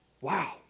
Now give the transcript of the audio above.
Wow